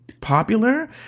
popular